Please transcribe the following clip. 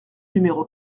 numéro